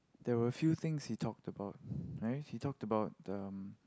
there were few things he talked about right he talked about um